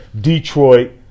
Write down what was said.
Detroit